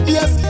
Yes